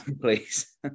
Please